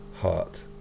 heart